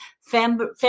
family